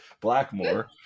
Blackmore